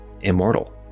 immortal